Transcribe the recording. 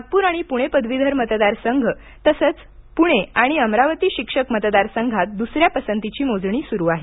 नागपूर आणि पुणे पदवीधर मतदार संघ तसंच पुणे आणि अमरावती शिक्षक मतदार संघात दुसऱ्या पसंतीची मोजणी सुरू आहे